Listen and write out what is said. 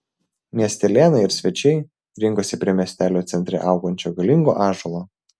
miestelėnai ir svečiai rinkosi prie miestelio centre augančio galingo ąžuolo